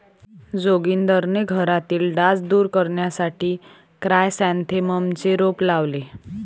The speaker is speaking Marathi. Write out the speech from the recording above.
जोगिंदरने घरातील डास दूर करण्यासाठी क्रायसॅन्थेममचे रोप लावले